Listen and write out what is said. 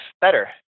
better